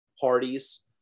parties